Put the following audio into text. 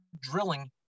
drilling